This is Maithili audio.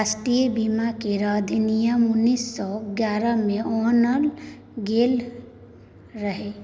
राष्ट्रीय बीमा केर अधिनियम उन्नीस सौ ग्यारह में आनल गेल रहे